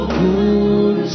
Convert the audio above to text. good